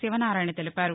శివనారాయణ తెలిపారు